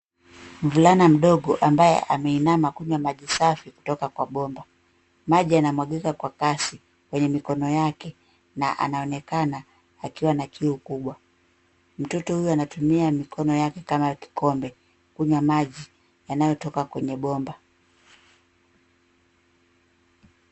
Mvulana mdogo ambaye ameinama kunywa maji safi kutoka kwa bomba. Maji yanamwagika kwa kasi kwenye mikono yake na anaonekana akiwa na kiu kubwa. Mtoto huyu anatumia mikono yake kama kikombe, kunywa maji yanayotoka kwenye bomba.